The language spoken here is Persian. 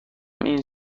این